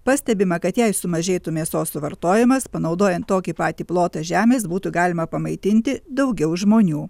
pastebima kad jei ir sumažėtų mėsos suvartojimas panaudojant tokį patį plotą žemės būtų galima pamaitinti daugiau žmonių